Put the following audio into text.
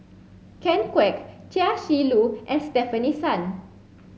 Ken Kwek Chia Shi Lu and Stefanie Sun